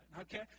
Okay